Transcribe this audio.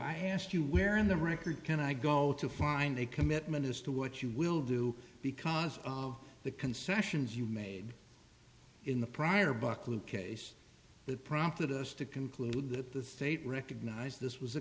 i ask you where in the record can i go to find a commitment as to what you will do because of the concessions you made in the prior buckelew case that prompted us to conclude that the thate recognize this was a